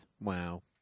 Wow